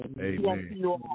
Amen